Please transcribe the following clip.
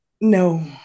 No